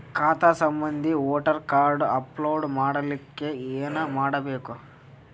ಖಾತಾ ಸಂಬಂಧಿ voter card upload ಮಾಡಲಿಕ್ಕೆ ಏನ ಮಾಡಬೇಕು?